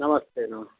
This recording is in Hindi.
नमस्ते नमस्ते